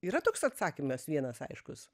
yra toks atsakymas vienas aiškus